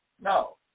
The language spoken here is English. No